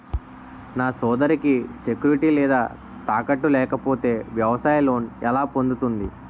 నా సోదరికి సెక్యూరిటీ లేదా తాకట్టు లేకపోతే వ్యవసాయ లోన్ ఎలా పొందుతుంది?